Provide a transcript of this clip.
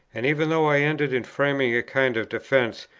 and even though i ended in framing a kind of defence,